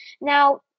Now